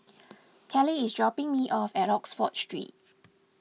Kelly is dropping me off at Oxford Street